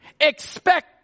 Expect